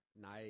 Nice